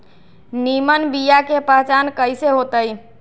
निमन बीया के पहचान कईसे होतई?